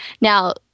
Now